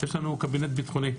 יש לנו קבינט ביטחוני,